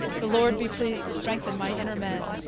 the lord be pleased to strengthen my inner man.